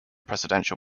presidential